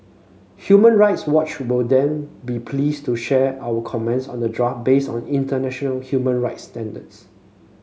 Human Rights Watch would then be pleased to share our comments on the draft based on international human rights standards